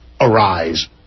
arise